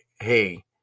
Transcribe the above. hey